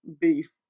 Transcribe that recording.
Beef